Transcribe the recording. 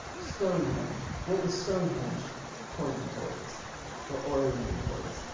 stonehenge, what was stonehenge pointed towards or oriented towards,